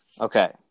okay